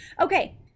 Okay